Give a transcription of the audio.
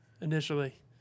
initially